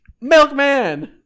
milkman